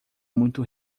muito